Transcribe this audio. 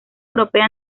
europea